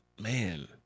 man